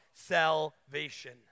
salvation